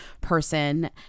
person